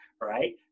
right